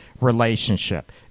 relationship